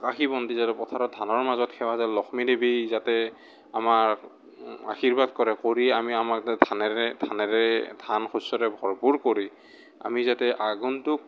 আকাশীবন্তি জ্বলাই পথাৰত ধানৰ মাজত সেৱা জনাওঁ লক্ষ্মীদেৱী যাতে আমাৰ আশীৰ্বাদ কৰে কৰি আমি আমাৰ ধানেৰে ধানেৰে ধান শস্যৰে ভৰপূৰ কৰি আমি যাতে আগন্তুক